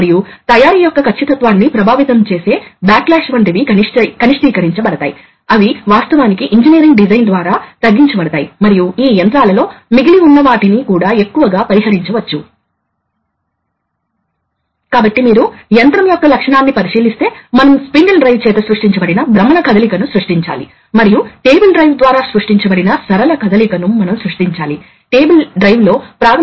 కాబట్టి ఇది వాస్తవానికి దీనికి అనుసంధానించబడి అక్కడే ఎగ్జాస్ట్ అవుతుంది వాస్తవానికి ఇది డైరెక్షన్ కంట్రోల్ వాల్వ్ కి తిరిగి రావలసిన అవసరం లేదు కాబట్టి ఈ ట్యూబింగ్ తిరిగి వచ్చే మార్గం కోసం ఉపయోగించబడదు మరియు గాలి ఇక్కడి నుండి బయటికి వస్తుంది కాబట్టి ఇది క్విక్ ఎగ్జాస్ట్ వాల్వ్ యొక్క పని